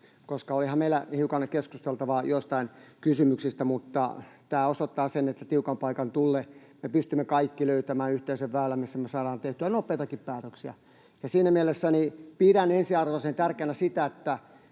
koska olihan meillä hiukan keskusteltavaa joistain kysymyksistä. Mutta tämä osoittaa sen, että tiukan paikan tullen me pystymme kaikki löytämään yhteisen väylän, missä me saadaan tehtyä nopeitakin päätöksiä. Ja siinä mielessä pidän ensiarvoisen tärkeänä sitä, että